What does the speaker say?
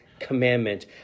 commandment